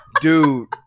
dude